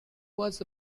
was